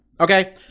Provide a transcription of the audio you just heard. Okay